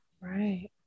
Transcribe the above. right